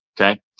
okay